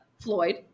Floyd